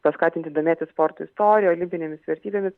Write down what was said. paskatinti domėtis sporto istorija olimpinėmis vertybėmis